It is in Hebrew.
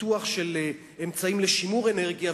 פיתוח של אמצעים לשימור אנרגיה,